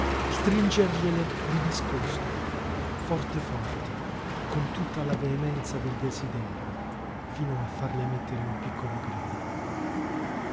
nera stringergliele di nascosto forte forte con tutta la veemenza del desiderio fino a farle emettere un piccolo grido